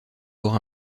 hors